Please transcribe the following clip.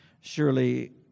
Surely